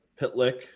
Pitlick